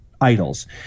idols